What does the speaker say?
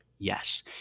Yes